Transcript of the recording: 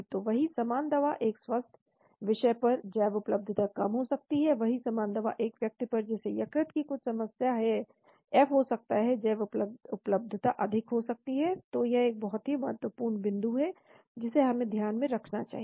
तो वही समान दवा एक स्वस्थ विषय पर जैवउपलब्धता कम हो सकती है वही समान दवा एक व्यक्ति पर जिसे यकृत की कुछ समस्या है F हो सकता है जैवउपलब्धता अधिक हो सकती है तो यह एक बहुत ही महत्वपूर्ण बिंदु है जिसे हमें ध्यान में रखना चाहिए